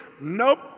Nope